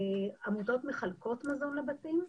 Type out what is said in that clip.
עמותות מחלקות מזון לבתים,